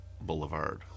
Boulevard